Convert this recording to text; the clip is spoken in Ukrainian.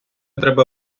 треба